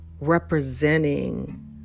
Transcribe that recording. representing